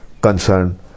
concerned